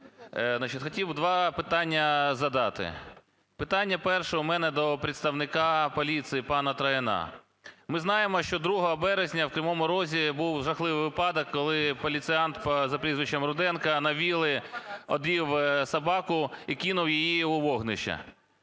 би два питання задати. Питання перше у мене до представника поліції пана Трояна. Ми знаємо, що 2 березня в Кривому Розі був жахливий випадок, коли поліціант за прізвищем Руденко на вили одів собаку і кинув її у вогнище.